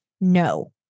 No